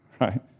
right